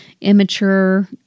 immature